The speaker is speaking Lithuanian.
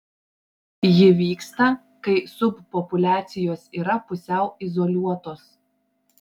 ji vyksta kai subpopuliacijos yra pusiau izoliuotos